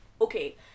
okay